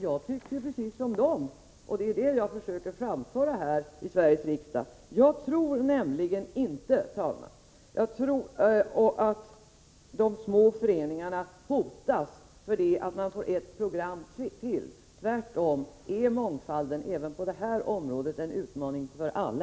Jag tycker precis som de, och det är detta jag försöker framföra här i Sveriges riksdag. Jag tror nämligen inte att de små föreningarna hotas av att man får ett program till. Tvärtom är mångfalden även på det här området en utmaning för alla.